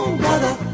brother